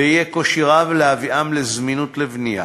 ויהיה קושי רב להביאם לזמינות לבנייה.